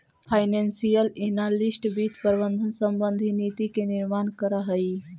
financial analyst वित्त प्रबंधन संबंधी नीति के निर्माण करऽ हइ